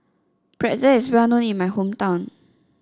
pretzel is well known in my hometown